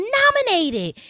nominated